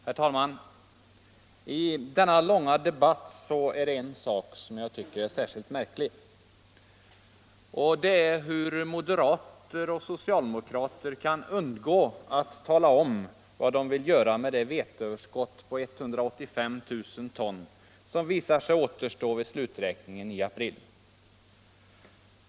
Herr talman! I denna långa debatt är det en sak som jag finner särskilt märklig, och det är hur moderater och socialdemokrater kan undgå att tala om vad de vill göra med det veteöverskott på 185 000 ton som visar sig återstå vid sluträkningen i april.